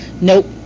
Nope